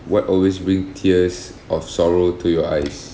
what always bring tears of sorrow to your eyes